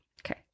Okay